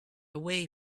away